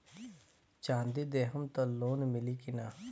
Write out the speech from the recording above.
चाँदी देहम त लोन मिली की ना?